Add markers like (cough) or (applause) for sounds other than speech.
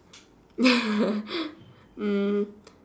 (laughs) um